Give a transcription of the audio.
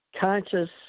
conscious